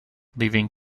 leaving